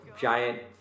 giant